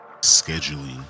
scheduling